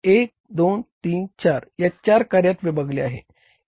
1 2 3 4 या चार कार्यात विभागले आहे